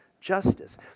justice